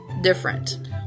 different